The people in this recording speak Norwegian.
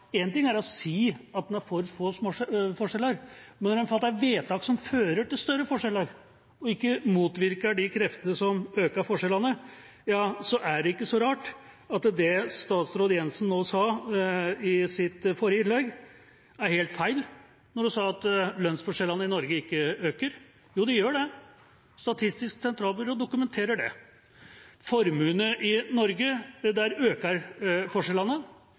en fatter vedtak som fører til større forskjeller, og ikke motvirker de kreftene som øker forskjellene, er det helt feil det statsråd Jensen sa i sitt forrige innlegg, da hun sa at lønnsforskjellene i Norge ikke øker. Jo, de gjør det. Statistisk sentralbyrå dokumenterer det. Når det gjelder formuene i Norge, øker forskjellene,